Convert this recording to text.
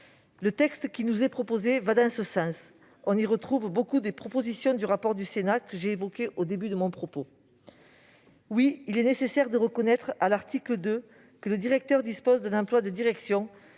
Le texte qui nous est proposé va dans ce sens. On y retrouve de nombreuses propositions du rapport du Sénat que j'ai évoqué au début de mon propos. Oui, il est nécessaire de reconnaître, à l'article 2, que le directeur dispose d'un emploi de direction